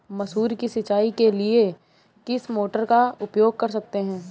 मसूर की सिंचाई के लिए किस मोटर का उपयोग कर सकते हैं?